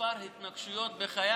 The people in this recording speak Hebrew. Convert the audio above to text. הספר עבר כמה התנקשויות בחייו.